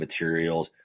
materials